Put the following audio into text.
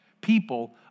people